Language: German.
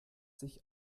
sich